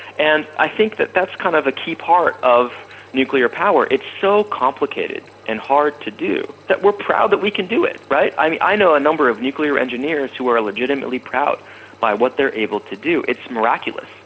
and i think that that's kind of key part of nuclear power. it's so complicated and hard to do, that we're proud that we can do it, right? i know know a number of nuclear engineers who are legitimately proud by what they're able to do. it's miraculous,